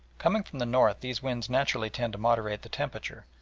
coming from the north these winds naturally tend to moderate the temperature,